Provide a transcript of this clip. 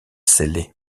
scellés